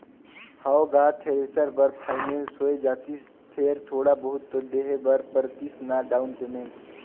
हव गा थेरेसर बर फाइनेंस होए जातिस फेर थोड़ा बहुत तो देहे बर परतिस ना डाउन पेमेंट